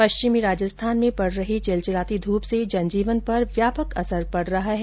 पश्चिमी राजस्थान में पड रही चिलचिलाती धूप से जनजीवन पर व्यापक असर पड रहा है